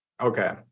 Okay